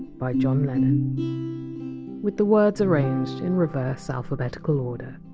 by john lennon, with the words arranged in reverse alphabetical order